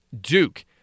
Duke